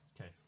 Okay